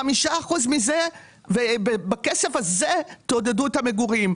חמישה אחוזים מזה ובכסף הזה תעודדו את המגורים.